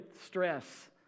stress